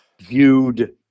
viewed